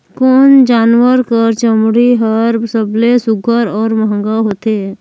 कोन जानवर कर चमड़ी हर सबले सुघ्घर और महंगा होथे?